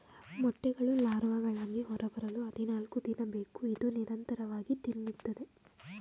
ಮೊಟ್ಟೆಗಳು ಲಾರ್ವಾಗಳಾಗಿ ಹೊರಬರಲು ಹದಿನಾಲ್ಕುದಿನ ಬೇಕು ಇದು ನಿರಂತರವಾಗಿ ತಿನ್ನುತ್ತದೆ